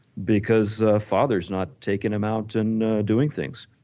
because father's not taking them out and doing things.